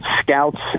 scouts